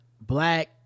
black